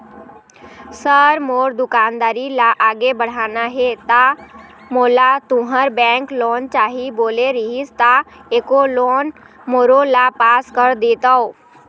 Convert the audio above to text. Sir मोर दुकानदारी ला आगे बढ़ाना हे ता मोला तुंहर बैंक लोन चाही बोले रीहिस ता एको लोन मोरोला पास कर देतव?